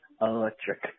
electric